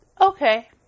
okay